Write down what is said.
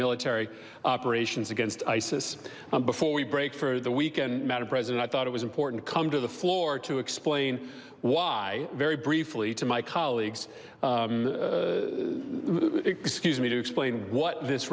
military operations against isis before we break for the week and madam president i thought it was important to come to the floor to explain why very briefly to my colleagues excuse me to explain what this